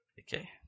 Okay